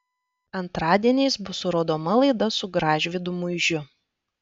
antradieniais bus rodoma laida su gražvydu muižiu